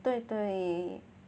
对对